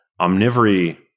omnivory